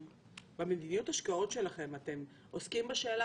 במדיניות השקעות שלכם אתם עוסקים בשאלה